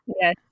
Yes